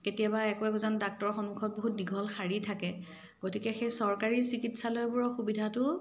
কেতিয়াবা একো একোজন ডাক্টৰৰ সন্মুখত বহুত দীঘল শাৰী থাকে গতিকে সেই চৰকাৰী চিকিৎসালয়বোৰৰ সুবিধাটো